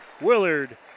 Willard